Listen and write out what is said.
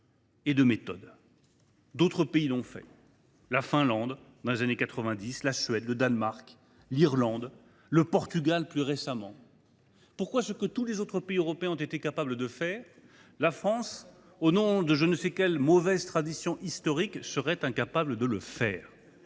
et de méthode. D’autres pays l’ont fait : la Finlande dans les années 1990, la Suède, le Danemark, l’Irlande, le Portugal plus récemment. Ce que tous les autres pays européens ont été capables de faire, pourquoi la France, au nom de je ne sais quelle mauvaise tradition historique, en serait elle incapable ? Il faut